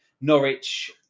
Norwich